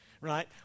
right